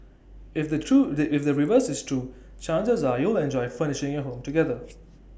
if the true the if the reverse is true chances are you'll enjoy furnishing your home together